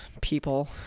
people